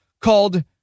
called